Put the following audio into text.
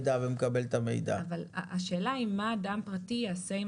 מידע על אודות כרטיס חיוב